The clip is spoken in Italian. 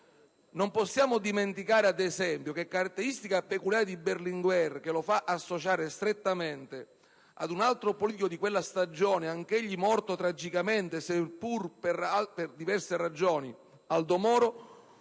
Non possiamo dimenticare, ad esempio, che caratteristica peculiare di Berlinguer, che lo fa associare strettamente ad un altro politico di quella stagione, anch'egli morto tragicamente, seppur per diverse ragioni, Aldo Moro,